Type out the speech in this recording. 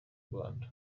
rwanda